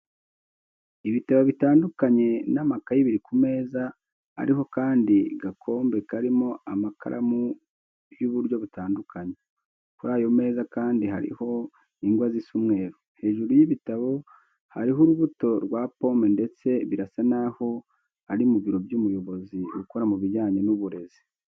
Ibitabo bitanduaknye n'amakayi biri ku meza ariho akandi gakombe karimo amakaramu y'uburyo butandukanye. Kuri ayo meza kandi hariho ingwa zisa umweru. Hejuru y'ibitabo hariho urubuto rwa pome ndetse birasa n'aho ari mu biro by'umuyobozi ukora mu bijyanye n'uburezi.